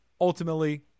ultimately